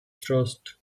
thrust